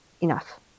enough